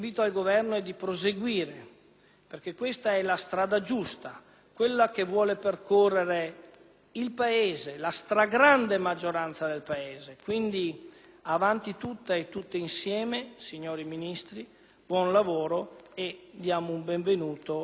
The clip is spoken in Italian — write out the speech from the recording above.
perché questa è la strada giusta, quella che vuole percorrere la stragrande maggioranza del Paese. Dunque, avanti tutta e tutti insieme, signori Ministri. Buon lavoro e diamo il benvenuto al federalismo fiscale!